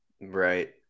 Right